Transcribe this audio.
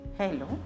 Hello